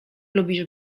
lubisz